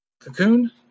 Cocoon